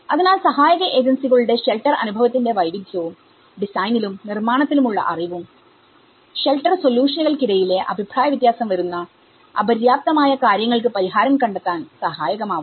അതിനാൽ സഹായക ഏജൻസികളുടെ ഷെൽട്ടർ അനുഭവത്തിന്റെ വൈവിധ്യവുംഡിസൈനിലും നിർമ്മാണത്തിലും ഉള്ള അറിവും ഷെൽട്ടർ സൊല്യൂഷനുകൾക്കിടയിലെ അഭിപ്രായ വ്യത്യാസം വരുന്ന അപര്യാപ്തമായ കാര്യങ്ങൾക്ക് പരിഹാരം കണ്ടെത്താൻ സഹായകമാവാം